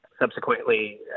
subsequently